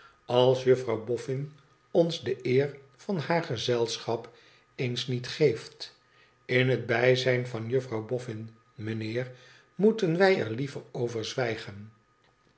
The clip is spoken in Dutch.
als jaffrouw bofün ons de eer van haar gezelschap eens niet geeft in het bijzijn van juffrouw bofbn meneer moesten wij er liever over zwijgen